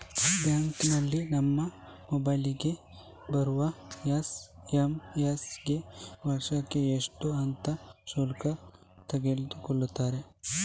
ಬ್ಯಾಂಕಿನಲ್ಲಿ ನಮ್ಮ ಮೊಬೈಲಿಗೆ ಬರುವ ಎಸ್.ಎಂ.ಎಸ್ ಗೆ ವರ್ಷಕ್ಕೆ ಇಷ್ಟು ಅಂತ ಶುಲ್ಕ ತಗೊಳ್ತಾರೆ